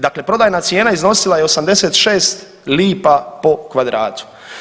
Dakle, prodajna cijena iznosila je 86 lipa po kvadratu.